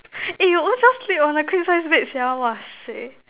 eh you own self sleep on a queen size bed sia !wahseh!